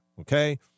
okay